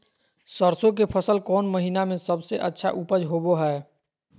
सरसों के फसल कौन महीना में सबसे अच्छा उपज होबो हय?